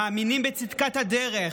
מאמינים בצדקת הדרך,